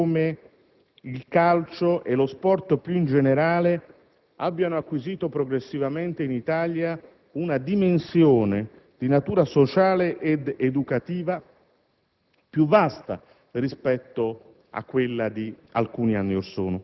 Il ministro Melandri ha sottolineato più volte come il calcio e lo sport più in generale abbiano acquisito progressivamente in Italia una dimensione di natura sociale ed educativa